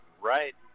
right